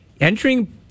Entering